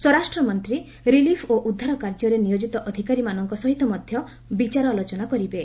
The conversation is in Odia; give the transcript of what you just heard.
ସ୍ୱରାଷ୍ଟ୍ରମନ୍ତ୍ରୀ ରିଲିଫ ଓ ଉଦ୍ଧାର କାର୍ଯ୍ୟରେ ନିୟୋଜିତ ଅଧିକାରୀମାନଙ୍କ ସହିତ ମଧ୍ୟ ବିଚାର ଆଲୋଚନା କରିବେ